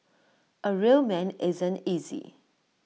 A real man isn't easy